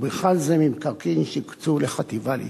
ובכלל זה ממקרקעין שהוקצו לחטיבה להתיישבות.